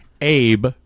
Abe